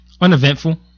Uneventful